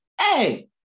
hey